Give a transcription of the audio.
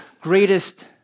greatest